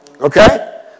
Okay